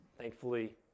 Thankfully